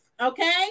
okay